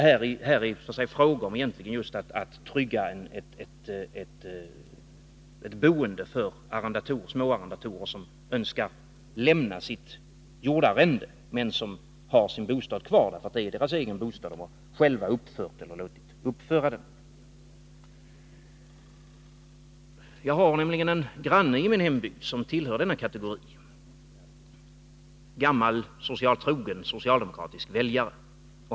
Här är det fråga om att trygga ett boende för småarrendatorer som önskar lämna sitt jordarrende men ha kvar sin bostad, eftersom det är deras egen bostad som de har uppfört eller låtit uppföra. Jag har en granne i min hembygd som tillhör denna kategori. Han är en gammal trogen socialdemokratisk väljare.